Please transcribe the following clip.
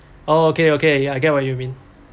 oh okay okay ya I get what you mean